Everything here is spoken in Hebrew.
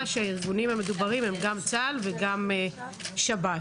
שהארגונים המדוברים הם גם צה"ל וגם שב"ס.